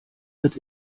wird